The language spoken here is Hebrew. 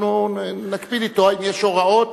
אנחנו נקפיד אתו, אם יש הוראות.